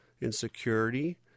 insecurity